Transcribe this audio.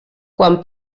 quan